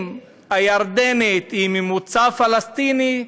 אם הירדנית היא ממוצא פלסטיני,